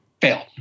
fail